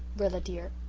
rilla, dear,